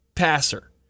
Passer